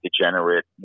degenerate